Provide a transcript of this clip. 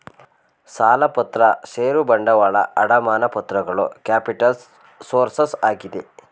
ಸಾಲಪತ್ರ ಷೇರು ಬಂಡವಾಳ, ಅಡಮಾನ ಪತ್ರಗಳು ಕ್ಯಾಪಿಟಲ್ಸ್ ಸೋರ್ಸಸ್ ಆಗಿದೆ